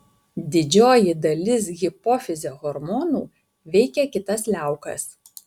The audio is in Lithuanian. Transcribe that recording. didžioji dalis hipofizio hormonų veikia kitas liaukas